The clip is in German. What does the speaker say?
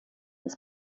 ist